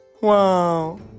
wow